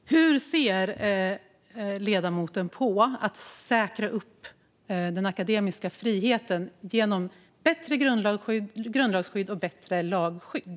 Hur ser ledamoten på att säkra den akademiska friheten genom bättre grundlagsskydd och bättre lagskydd?